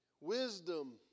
Wisdom